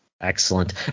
excellent